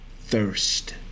thirst